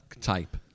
type